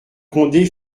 condé